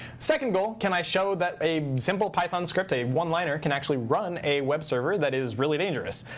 second goal, can i show that a simple python script, a one liner, can actually run a web server that is really dangerous?